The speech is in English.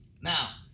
Now